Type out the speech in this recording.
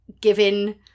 given